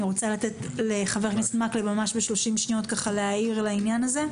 אני רוצה לתת לחבר הכנסת מקלב להעיר על העניין הזה ב-30 שניות.